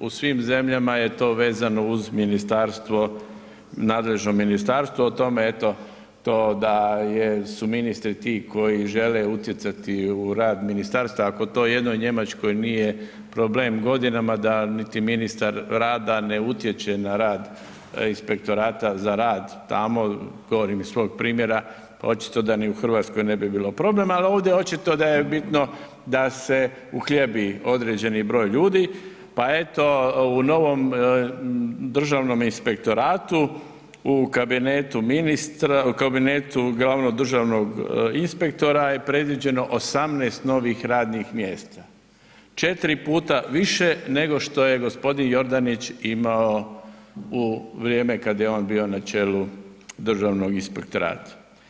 u svim zemljama je to vezano uz Ministarstva, nadležno Ministarstvo, o tome eto to da je, su ministri ti koji žele utjecati u rad Ministarstva, ako to jednoj Njemačkoj nije problem godinama da niti ministra rada ne utječe na rad Inspektorata za rad tamo, govorim iz svog primjera, očito da ni u Hrvatskoj ne bi bilo problem, ali ovdje očito da je bitno da se uhljebi određeni broj ljudi, pa eto u novom Državnom inspektoratu u kabinetu ministra, u kabinetu glavnog državnog inspektora je predviđeno 18 novih radnih mjesta, četiri puta više nego što je gospodin Jordanić imao u vrijeme kad je on bio na čelu Državnog inspektorata.